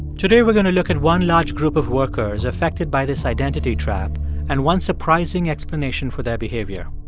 today, we're going to look at one large group of workers affected by this identity trap and one surprising explanation for their behavior.